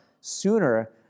sooner